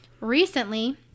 recently